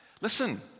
Listen